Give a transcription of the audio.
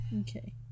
okay